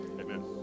amen